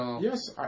Yes